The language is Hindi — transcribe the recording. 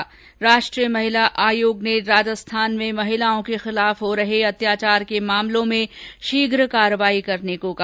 ्र राष्ट्रीय महिला आयोग ने राजस्थान में महिलाओं के खिलाफ हो रहे अत्याचार के मामलों में शीघ्र कार्रवाई करने को कहा